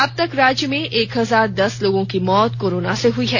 अब तक राज्य में एक हजार दस लोगों की मौत कोरोना से हुई हैं